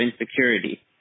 insecurity